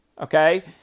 Okay